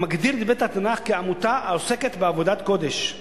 מגדיר את בית-התנ"ך "עמותה העוסקת בעבודת קודש":